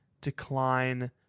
decline